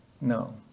No